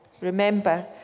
Remember